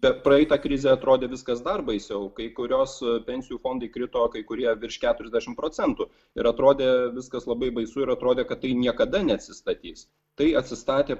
per praeitą krizę atrodė viskas dar baisiau kai kurios pensijų fondai krito kai kurie virš keturiasdešimt procentų ir atrodė viskas labai baisu ir atrodė kad tai niekada neatsistatys tai atsistatė